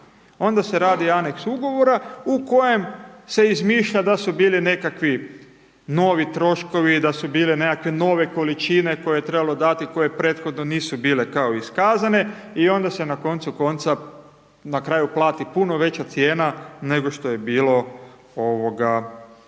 Onda se radi aneks ugovora u kojem se izmišlja da su bili nekakvi novi troškovi, da su bile nekakve nove količine, koje je trebalo dati, koje prethodno nisu bile kao iskazane i onda se na koncu konca na kraju plati puno veća cijena nego što je bilo u